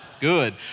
good